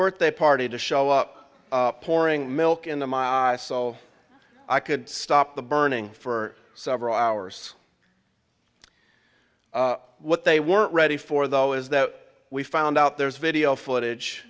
birthday party to show up pouring milk in so i could stop the burning for several hours what they weren't ready for though is that we found out there's video footage